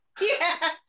Yes